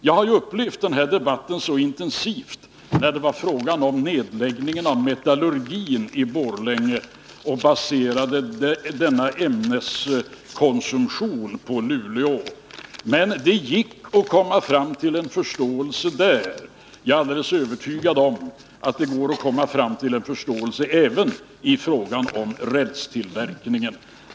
Jag upplevde den här debatten mycket intensivt, när det var fråga om att lägga ned metallurgin i Borlänge och basera ämnesproduktionen i Luleå. Men det gick att då komma fram till en förståelse, och jag är alldeles övertygad om att det går att komma fram till en förståelse även i fråga om rälstillverkningen.